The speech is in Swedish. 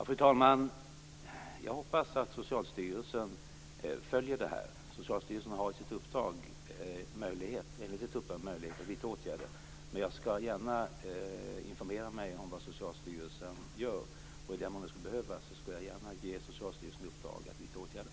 Fru talman! Jag hoppas att Socialstyrelsen följer detta. Socialstyrelsen har enligt sitt uppdrag möjlighet att vidta åtgärder. Jag skall gärna informera mig om vad Socialstyrelsen gör. I den mån det skulle behövas skall jag gärna ge Socialstyrelsen i uppdrag att vidta åtgärder.